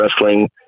Wrestling